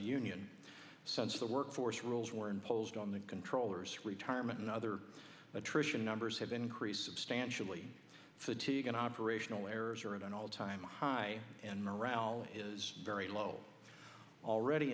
nion since the work force rules were imposed on the controllers retirement and other attrition numbers have increased substantially fatigue and operational errors are at an all time high and morale is very low already